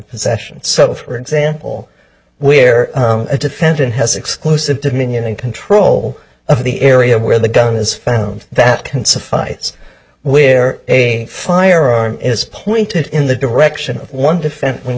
possession so for example where a defendant has exclusive dominion and control of the area where the gun is found that can suffice where a firearm is pointed in the direction of one defense w